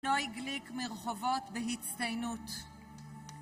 נוי גליק מרחובות בהצטיינות